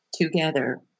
together